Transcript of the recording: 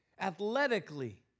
athletically